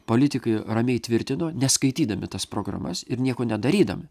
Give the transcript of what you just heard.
politikai ramiai tvirtino neskaitydami tas programas ir nieko nedarydami